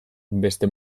beste